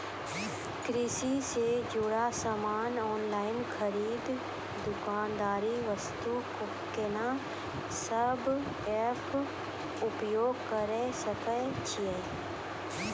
कृषि से जुड़ल समान ऑनलाइन खरीद दुकानदारी वास्ते कोंन सब एप्प उपयोग करें सकय छियै?